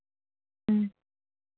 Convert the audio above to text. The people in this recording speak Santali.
ᱦᱮᱸ